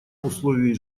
условий